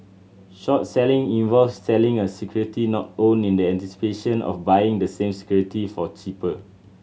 short selling involves selling a security not owned in the anticipation of buying the same security for cheaper